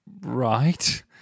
Right